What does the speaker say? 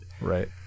Right